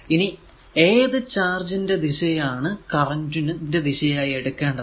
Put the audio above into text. ഇനി ഏതു ചാർജ് ന്റെ ദിശയാണ് കറന്റ് ന്റെ ദിശയായി എടുക്കേണ്ടത്